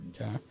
Okay